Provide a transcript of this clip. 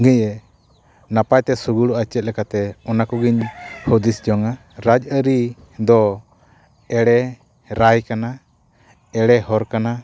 ᱜᱮ ᱱᱟᱯᱟᱭᱛᱮ ᱥᱩᱜᱩᱲᱚᱜᱼᱟ ᱪᱮᱫ ᱞᱮᱠᱟᱛᱮ ᱚᱱᱟ ᱠᱚᱜᱮᱧ ᱦᱩᱫᱤᱥ ᱡᱚᱝᱼᱟ ᱨᱟᱡᱽᱼᱟᱹᱨᱤ ᱫᱚ ᱮᱲᱮ ᱨᱟᱭ ᱠᱟᱱᱟ ᱮᱲᱮ ᱦᱚᱨ ᱠᱟᱱᱟ